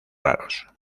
raros